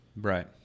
Right